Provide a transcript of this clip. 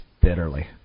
bitterly